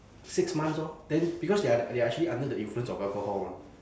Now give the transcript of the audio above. six months orh then because they are they are actually under the influence of alcohol mah